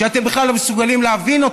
שאתם בכלל לא מסוגלים להבין.